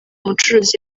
mucuruzi